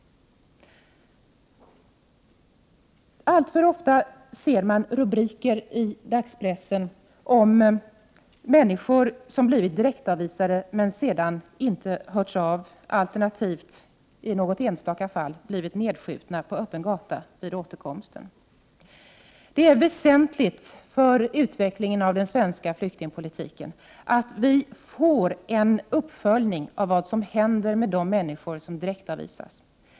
Alltför ofta ser man rubriker i dagspressen om människor som blivit direktavvisade och sedan inte hörts av eller, i något enstaka fall, blivit nedskjutna på öppen gata vid återkomsten. Det är väsentligt för utvecklingen av den svenska flyktingpolitiken att vi får en uppföljning av vad som händer med de människor som direktavvisas.